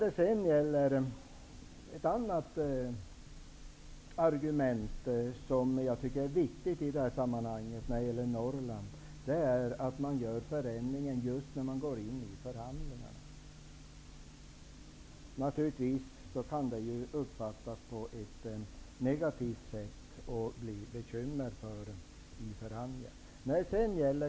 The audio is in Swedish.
Jag tycker också att det är viktigt att påpeka att förändringen när det gäller Norrland sker just när vi går in i förhandlingarna. Naturligtvis kan det uppfattas på ett negativt sätt och leda till bekymmer vid förhandlingarna.